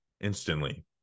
instantly